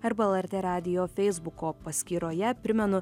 arba lrt radijo feisbuko paskyroje primenu